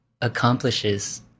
accomplishes